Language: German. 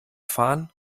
fahren